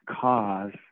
cause